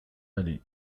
آلي